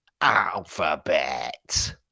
Alphabet